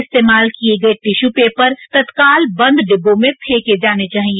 इस्तेमाल किये गये टिश्यू पेपर तत्काल बंद डिब्बों में फेंके जाने चाहिए